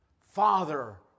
Father